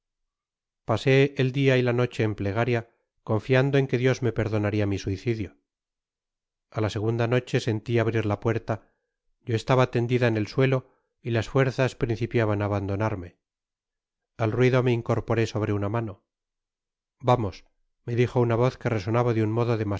pasé et dia y la noche en plegaria confiando en que dios me